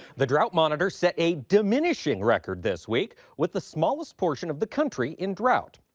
the drought monitor set a diminishing record this week with the smallest portion of the country in drought.